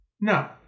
No